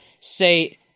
say